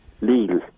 legal